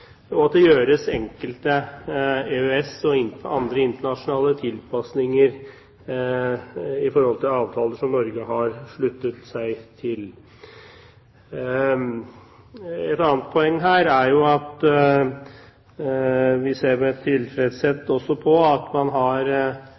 og at det gjøres enkelte EØS-tilpasninger og andre internasjonale tilpasninger i forhold til avtaler som Norge har sluttet seg til. Et annet poeng her er jo, som vi også ser med tilfredshet